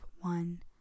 One